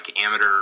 amateur